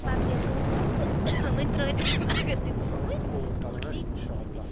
پتہٕ گٔے کٲم تہٕ وُنہٕ ترٛٲی نہٕ مگر تِم سُوٕنۍ ٹوٹلی کہیٖنۍ تہِ